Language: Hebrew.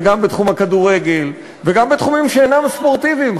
וגם בתחום הכדורגל וגם בתחומים שאינם ספורטיביים,